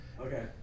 Okay